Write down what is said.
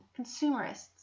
consumerists